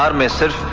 um mr.